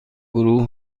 گروه